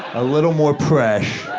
a little more presh.